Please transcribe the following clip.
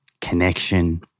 connection